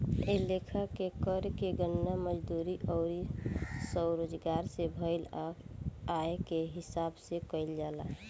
ए लेखा के कर के गणना मजदूरी अउर स्वरोजगार से भईल आय के हिसाब से कईल जाला